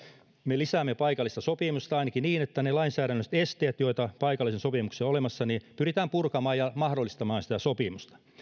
me lisäämme paikallista sopimista ainakin niin että lainsäädännölliset esteet joita paikallisessa sopimisessa on olemassa pyritään purkamaan ja mahdollistamaan sitä sopimista